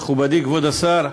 מכובדי השר,